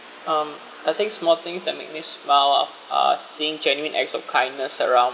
um I think small things that make me smile of uh seeing genuine acts of kindness around